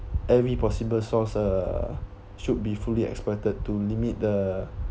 every possible source uh should be fully exploited to limit the